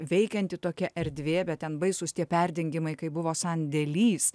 veikianti tokia erdvė bet ten baisūs tie perdengimai kaip buvo sandėlys